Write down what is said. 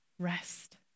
Rest